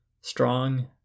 strong